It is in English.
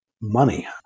money